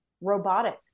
robotic